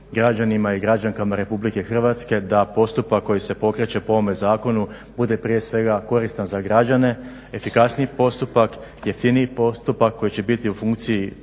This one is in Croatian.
Hvala i vama.